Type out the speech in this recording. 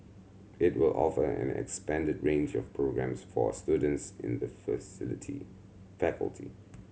it will offer an expanded range of programmes for students in the facility faculty